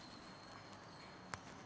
पिकात फूल येण्याचा बहर आला हे कसे ओळखावे?